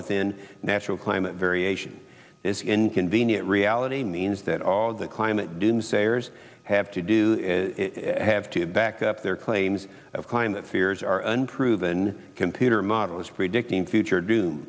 within natural climate variation is inconvenient reality means that all the climate doomsayers have to do is have to back up their claims of climate fears are unproven computer models predicting future do